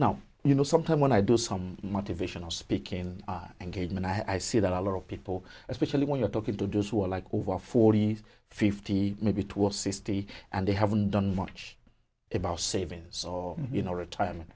now you know sometime when i do some motivational speaking engagement i see that a lot of people especially when you're talking to do sois like over forty fifty maybe two or sixty and they haven't done much about savings or you know retirement